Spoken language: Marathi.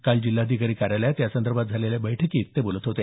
काल जिल्हाधिकारी कार्यालयात यासंदर्भात झालेल्या बैठकीत ते बोलत होते